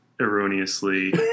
erroneously